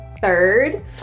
third